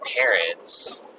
parents